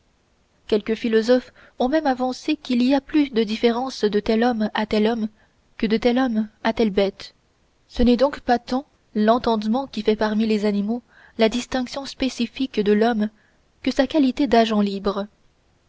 quelques philosophes ont même avancé qu'il y a plus de différence de tel homme à tel homme que de tel homme à telle bête ce n'est donc pas tant l'entendement qui fait parmi les animaux la distinction spécifique de l'homme que sa qualité d'agent libre